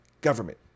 government